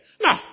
No